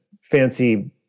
fancy